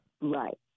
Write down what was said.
Right